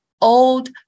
old